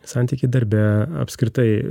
santykiai darbe apskritai